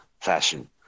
fashion